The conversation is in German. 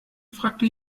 fragte